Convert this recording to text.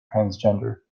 transgender